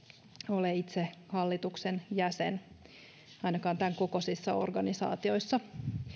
ole itse hallituksen jäsen ainakaan tämän kokoisissa organisaatioissa